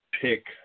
pick